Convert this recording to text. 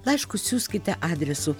laiškus siųskite adresu